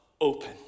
Open